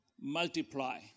multiply